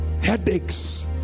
headaches